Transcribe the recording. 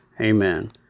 amen